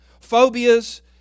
Phobias